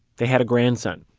they had a grandson.